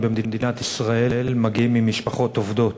במדינת ישראל מגיעים ממשפחות עובדות,